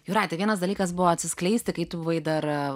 jūrate vienas dalykas buvo atsiskleisti kai tu buvai dar